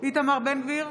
איתמר בן גביר,